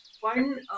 one